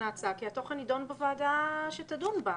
ההצעה כי התוכן נידון בוועדה שתדון בה.